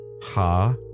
Ha